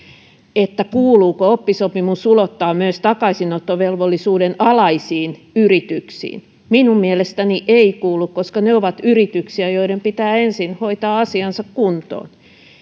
kuuluuko oppisopimus ulottaa myös takaisinottovelvollisuuden alaisiin yrityksiin minun mielestäni ei kuulu koska ne ovat yrityksiä joiden pitää ensin hoitaa asiansa kuntoon